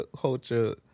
culture